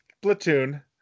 platoon